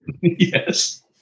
Yes